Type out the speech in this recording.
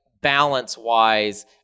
balance-wise